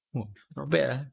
!wah! not bad ah